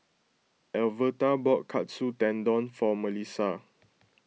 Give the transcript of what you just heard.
Alverta bought Katsu Tendon for Melissa